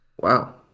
Wow